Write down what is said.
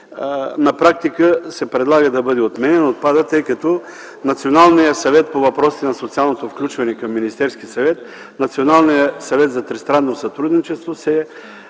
на практика, се предлага да бъде отменен, тъй като Националният съвет по въпросите на социалното включване към Министерски съвет, Националният съвет за тристранно сътрудничество се